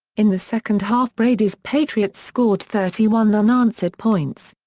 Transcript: in the second half brady's patriots scored thirty one unanswered points.